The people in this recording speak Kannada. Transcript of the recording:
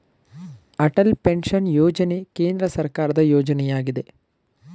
ಅಟಲ್ ಪೆನ್ಷನ್ ಯೋಜನೆ ಕೇಂದ್ರ ಸರ್ಕಾರದ ಯೋಜನೆಯಗಿದೆ